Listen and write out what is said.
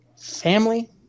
family